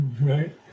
Right